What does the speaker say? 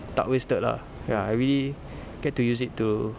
tak wasted lah ya I really get to use it to